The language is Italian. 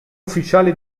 ufficiale